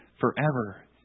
forever